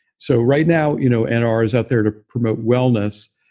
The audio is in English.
so right now, you know and nr is out there to promote wellness,